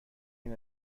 این